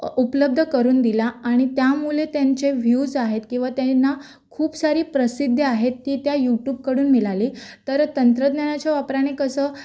उपलब्ध करून दिला आणि त्यामुळे त्यांचे व्ह्यूज आहेत किंवा त्यांना खूप सारी प्रसिद्धी आहे ती त्या यूटूबकडून मिळाली तर तंत्रज्ञानाच्या वापराने कसं